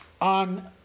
on